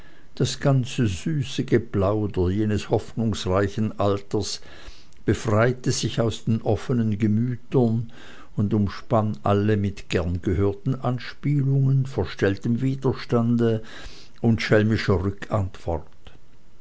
das ganze süße geplauder jenes hoffnungsreichen alters befreite sich aus den offenen gemütern und umspann alle mit gern gehörten anspielungen verstelltem widerstande und schelmischer rückantwort